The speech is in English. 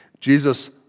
Jesus